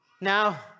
Now